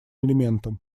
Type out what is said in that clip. элементам